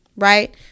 Right